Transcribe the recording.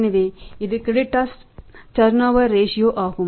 எனவே இது creditors turnover ratio ஆகும்